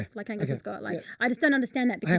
like angus has got like i just don't understand that because